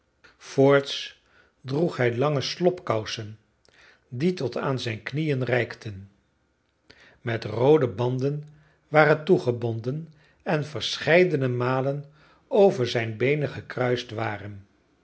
voorts droeg hij lange slobkousen die tot aan zijn knieën reikten met roode banden waren toegebonden en verscheidene malen over zijn beenen gekruist waren